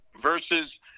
versus